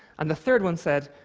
and the third one said,